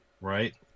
right